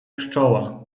pszczoła